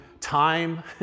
time